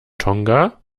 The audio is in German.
tonga